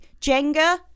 Jenga